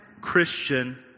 Christian